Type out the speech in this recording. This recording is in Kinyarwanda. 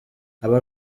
aba